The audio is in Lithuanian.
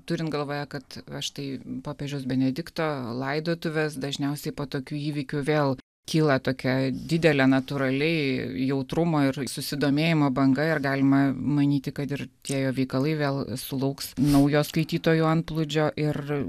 turint galvoje kad va štai popiežiaus benedikto laidotuvės dažniausiai po tokių įvykių vėl kyla tokia didelė natūraliai jautrumo ir susidomėjimo banga ir galima manyti kad ir tie jo veikalai vėl sulauks naujo skaitytojų antplūdžio ir